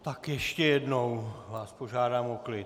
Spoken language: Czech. Tak ještě jednou vás požádám o klid...